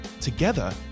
Together